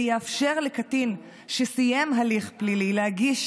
ויאפשר לקטין שסיים הליך פלילי להגיש